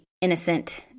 innocent